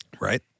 Right